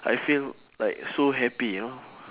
I feel like so happy you know